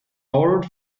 borrowed